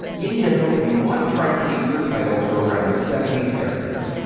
in general you want to try to keep your title to around seventy characters.